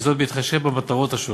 וזאת בהתחשב במטרות השונות.